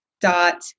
dot